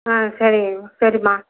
ஆ சரிம்மா சரிம்மா